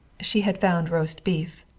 she had found roast beef.